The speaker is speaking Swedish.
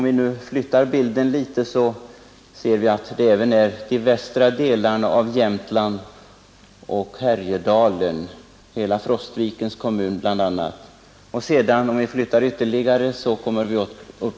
Vi ser också på bilden att TV 2-nätet inte är utbyggt i de västra delarna av Jämtland och Härjedalen, bl.a. gäller detta hela Frostvikens kommun.